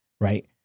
Right